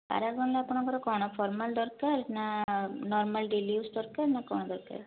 ପରାଗନ ର ଆପଣଙ୍କର କ'ଣ ଫର୍ମାଲ ଦରକାର ନା ନର୍ମାଲ ଡେଲି ଇୟୁଜ୍ ଦରକାର ନା କ'ଣ ଦରକାର